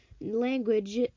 language